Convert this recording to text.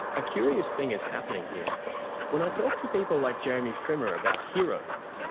a curious thing is happening here when i talk to people like jeremy frimer about heroes,